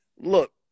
Look